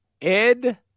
Ed